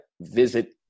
visit